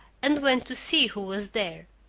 and went to see who was there.